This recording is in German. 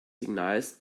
signals